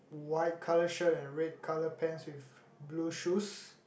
white colour shirt and red colour pants with blue shoes